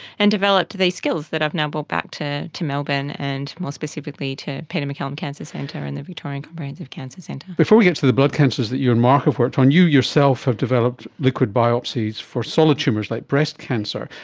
and developed these skills that i've now brought back to to melbourne and more specifically to peter maccallum cancer centre and the victorian comprehensive cancer centre. before we get to the blood cancers that you and mark have worked on, you yourself have developed liquid biopsies for solid tumours like breast cancer.